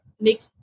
make